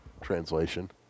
translation